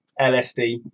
LSD